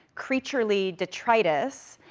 creaturely detritus,